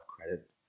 credit